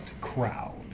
crowd